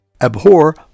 Abhor